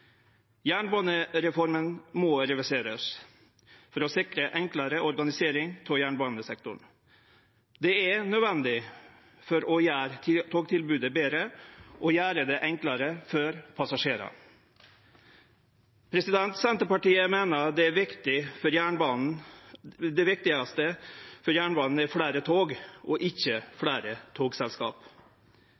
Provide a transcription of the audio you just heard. Jernbanereforma må reverserast for å sikre enklare organisering av jernbanesektoren. Det er nødvendig for å gjere togtilbodet betre og gjere det enklare for passasjerane. Senterpartiet meiner det viktigaste for jernbanen er fleire tog og ikkje fleire togselskap.